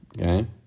okay